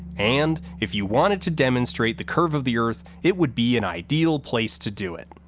and if you wanted to demonstrate the curve of the earth it would be an ideal place to do it.